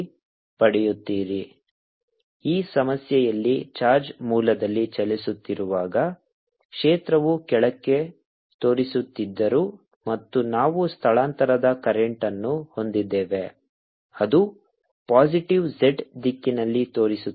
14π0 qv2 ddt1t2zJD 12πqv2t3z ಈ ಸಮಸ್ಯೆಯಲ್ಲಿ charge ಮೂಲದಲ್ಲಿ ಚಲಿಸುತ್ತಿರುವಾಗ ಕ್ಷೇತ್ರವು ಕೆಳಕ್ಕೆ ತೋರಿಸುತ್ತಿದ್ದರೂ ಮತ್ತು ನಾವು ಸ್ಥಳಾಂತರದ ಕರೆಂಟ್ಅನ್ನು ಹೊಂದಿದ್ದೇವೆ ಅದು ಪಾಸಿಟಿವ್ z ದಿಕ್ಕಿನಲ್ಲಿ ತೋರಿಸುತ್ತದೆ